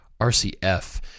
RCF